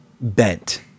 bent